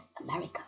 America